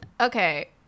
Okay